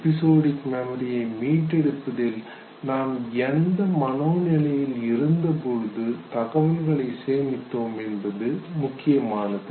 episodic மெமரியை மீட்டெடுப்பதில் நாம் எந்த மனநிலையில் இருந்தபோது தகவல்களை சேமித்தோம் என்பதும் முக்கியமானது